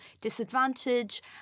disadvantage